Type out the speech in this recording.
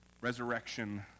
resurrection